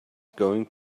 going